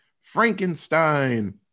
Frankenstein